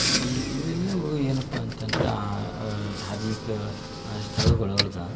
ಈ ಇವೆಲ್ಲವೂ ಏನಪ್ಪಾ ಅಂತಂದ್ರೆ ಆ ಧಾರ್ಮಿಕ ಸ್ಥಳಗಳೊಳಗೆ